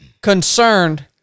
concerned